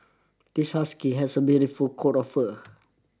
this husky has a beautiful coat of fur